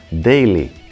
daily